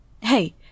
hey